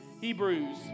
Hebrews